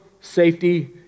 safety